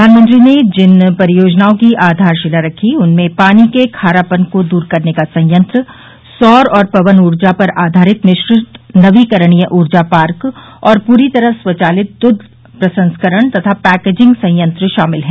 प्रधानमंत्री ने जिन परियोजनाओं की आधारशिला रखी उनमें पानी के खारापन को दूर करने का संयंत्र सौर और पवन ऊर्जा पर आधारित मिश्रित नवीकरणीय ऊर्जा पार्क और पूरी तरह स्वचालित दुन्ध प्रसंस्करण तथा पैकेजिंग संयंत्र शामिल हैं